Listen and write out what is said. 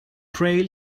trail